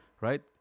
Right